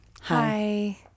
Hi